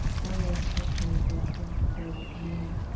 it only makes sense to me that they also incorporate a little